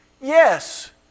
Yes